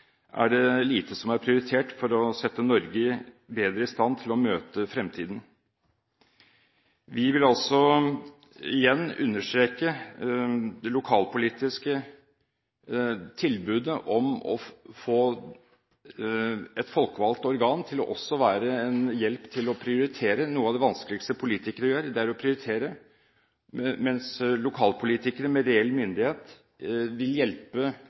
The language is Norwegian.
er det lite som er prioritert for å sette Norge bedre i stand til å møte fremtiden. Vi vil igjen understreke det lokalpolitiske tilbudet om å få et folkevalgt organ til også å være en hjelp til å prioritere – noe av det vanskeligste politikere gjør, er å prioritere – og lokalpolitikere med reell myndighet vil hjelpe